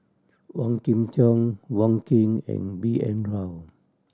Wong Kin Jong Wong Keen and B N Rao